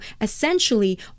Essentially